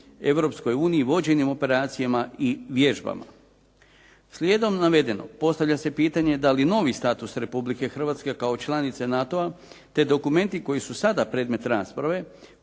Europskoj uniji, vođenjem operacijama i vježbama. Slijedom navedenog postavlja se pitanje da li novi status Republike Hrvatske kao članice NATO-a, te dokumenti koji su sada predmet rasprave